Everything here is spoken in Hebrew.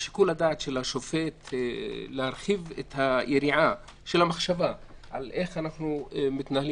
שיקול הדעת של השופט להרחיב את היריעה של המחשבה על איך אנחנו מתנהלים.